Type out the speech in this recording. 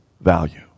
value